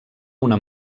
una